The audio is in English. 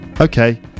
Okay